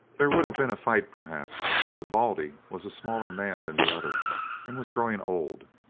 there would have been a fight perhaps, but baldy was a smaller man than the other and was growing old,